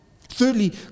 Thirdly